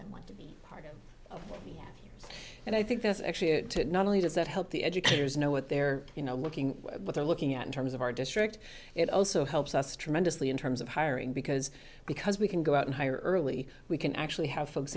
them want to be part of it and i think that's actually not only does it help the educators know what they're you know looking what they're looking at in terms of our district it also helps us tremendously in terms of hiring because because we can go out and hire early we can actually have folks